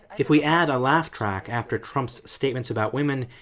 if we add a laugh track after trump's statements about women,